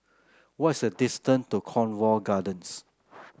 what's the distance to Cornwall Gardens